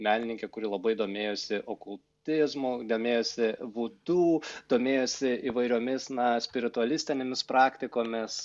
menininkė kuri labai domėjosi okultizmu domėjosi vudu domėjosi įvairiomis na spiritualistinėmis praktikomis